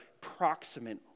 proximate